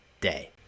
day